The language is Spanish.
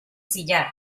sillar